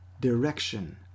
direction